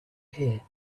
hear